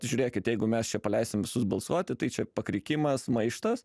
žiūrėkit jeigu mes čia paleisim visus balsuoti tai čia pakrikimas maištas